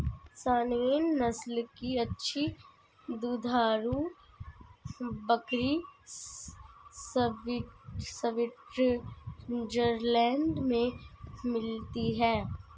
Saanen नस्ल की अच्छी दुधारू बकरी स्विट्जरलैंड में मिलती है